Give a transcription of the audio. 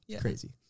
Crazy